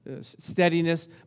steadiness